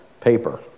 paper